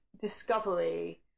Discovery